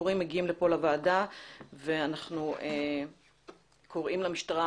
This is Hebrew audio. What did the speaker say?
הסיפורים מגיעים לפה לוועדה ואנחנו קוראים למשטרה